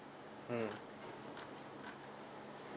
mm